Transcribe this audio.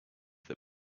that